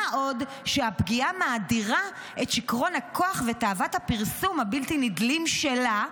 מה עוד שהפגיעה מאדירה את שיכרון הכוח ותאוות הפרסום הבלתי-נדלים שלה,